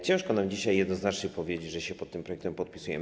Ciężko nam dzisiaj jednoznacznie powiedzieć, że się pod tym projektem podpisujemy.